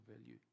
value